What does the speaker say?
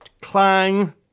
Clang